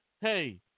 hey